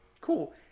cool